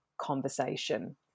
conversation